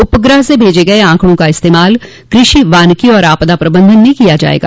उपगह से भेजे गए आंकड़ो का इस्तेमाल कृषि वानिकी और आपदा प्रबंधन में किया जाएगा